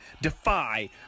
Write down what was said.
Defy